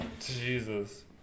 Jesus